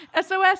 SOS